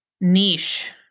niche